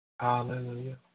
Hallelujah